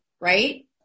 right